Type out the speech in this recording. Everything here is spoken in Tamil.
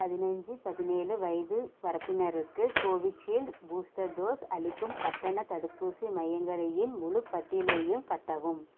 பதினஞ்சு பதினேலு வயது வரப்பினருக்கு கோவிஷீல்டு பூஸ்டர் டோஸ் அளிக்கும் கட்டணத் தடுப்பூசி மையங்களின் முழு பட்டியலையும் காட்டவும்